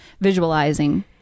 visualizing